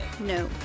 No